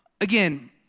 again